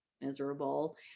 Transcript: miserable